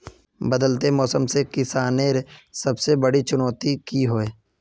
बदलते मौसम से किसानेर सबसे बड़ी चुनौती की होय?